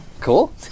Cool